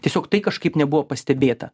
tiesiog tai kažkaip nebuvo pastebėta